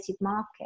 market